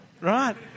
right